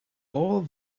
all